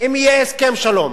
אם יהיה הסכם שלום,